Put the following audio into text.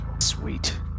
Sweet